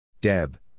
Deb